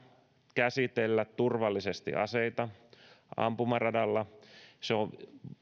käsitellä turvallisesti aseita ampumaradalla se on